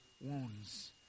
wounds